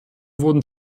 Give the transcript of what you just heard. wurden